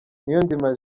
niyonzima